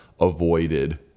avoided